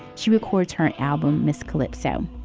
she records her album miss calypso